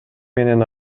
менен